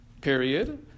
period